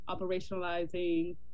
operationalizing